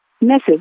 Message